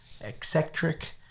eccentric